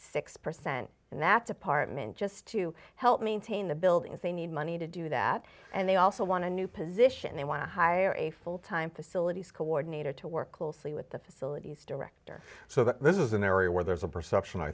six percent in that department just to help maintain the buildings they need money to do that and they also want to new position they want to hire a full time facilities coordinator to work closely with the facilities director so that this is an area where there's a perception i